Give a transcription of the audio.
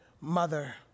mother